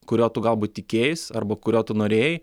kurio tu galbūt tikėjais arba kurio tu norėjai